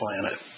planet